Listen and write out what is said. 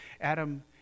adam